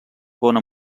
bona